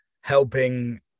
helping